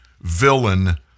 villain